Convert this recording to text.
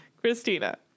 Christina